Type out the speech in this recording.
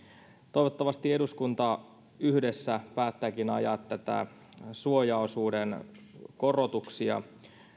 toivottavasti eduskunta yhdessä päättääkin ajaa näitä suojaosuuden korotuksia